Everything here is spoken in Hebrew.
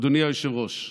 אדוני היושב-ראש,